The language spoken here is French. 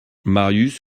marius